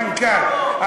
מנכ"ל.